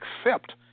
accept